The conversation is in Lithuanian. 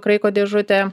kraiko dėžutė